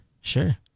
sure